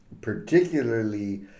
particularly